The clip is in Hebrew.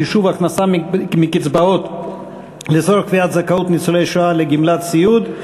חישוב הכנסה מקצבאות לצורך קביעת זכאות ניצולי שואה לגמלת סיעוד),